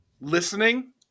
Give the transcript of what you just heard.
listening